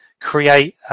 create